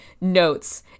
notes